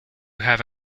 have